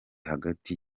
hagati